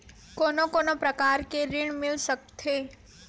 कोन कोन प्रकार के ऋण मिल सकथे?